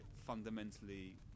fundamentally